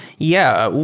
yeah.